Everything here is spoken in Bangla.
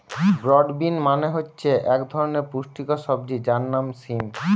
ব্রড বিন মানে হচ্ছে এক ধরনের পুষ্টিকর সবজি যার নাম সিম